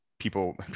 people